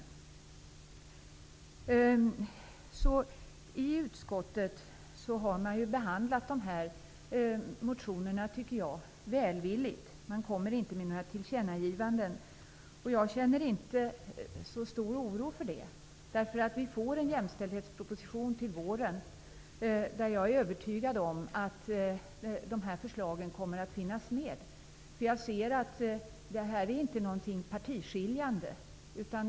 Jag tycker att utskottet har behandlat motionerna välvilligt. Det görs inte något tillkännagivande, men jag känner inte så stor oro för det. Det skall läggas fram en jämställdhetsproposition till våren, och jag är övertygad om att dessa förslag kommer att finnas med. Det är inte partiskiljande ämnen.